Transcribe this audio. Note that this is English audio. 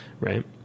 Right